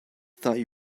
thought